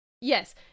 Yes